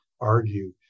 argue